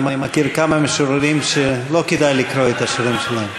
אני מכיר כמה משוררים שלא כדאי לקרוא את השירים שלהם.